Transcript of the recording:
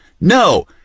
no